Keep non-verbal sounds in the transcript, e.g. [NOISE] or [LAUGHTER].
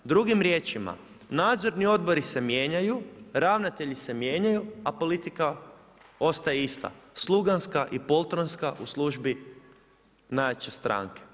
Drugim riječima, nadzorni odbori se mijenjaju, ravnatelji se mijenjaju, a politika ostaje ista, sluganska i … [UNINTELLIGIBLE] u službi najjače stranke.